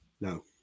No